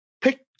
Pick